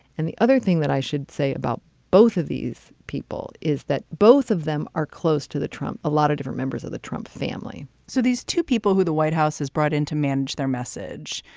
and the other thing that i should say about both of these people is that both of them are close to the trump, a lot of different members of the trump family so these two people who the white house has brought in to manage their message,